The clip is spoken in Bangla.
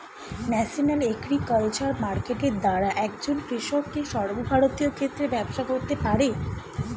ন্যাশনাল এগ্রিকালচার মার্কেট দ্বারা একজন কৃষক কি সর্বভারতীয় ক্ষেত্রে ব্যবসা করতে পারে?